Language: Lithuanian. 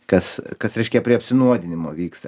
kas kas reiškia prie apsinuodinimo vyksta